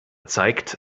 zeigt